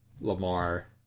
Lamar